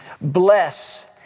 Bless